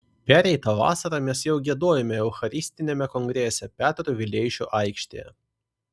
pereitą vasarą mes jau giedojome eucharistiniame kongrese petro vileišio aikštėje